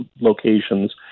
locations